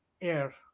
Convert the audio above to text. air